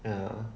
ya